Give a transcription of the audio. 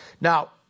Now